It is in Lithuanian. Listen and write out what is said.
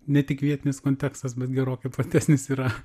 ne tik vietinis kontekstas bet gerokai platesnis yra